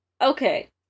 Okay